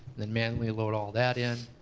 then manually load all that in.